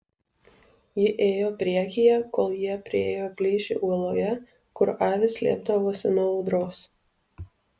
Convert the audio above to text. ji ėjo priekyje kol jie priėjo plyšį uoloje kur avys slėpdavosi nuo audros